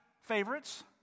favorites